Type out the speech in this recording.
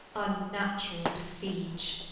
unnatural besiege!